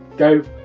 go,